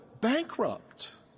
bankrupt